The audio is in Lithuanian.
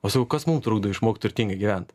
o sakau kas mum trukdo išmokt turtingai gyvent